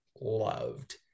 loved